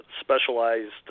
specialized